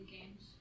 games